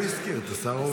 הוא הזכיר את השר הורביץ.